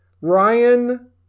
Ryan